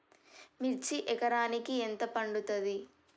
మిర్చి ఎకరానికి ఎంత పండుతది?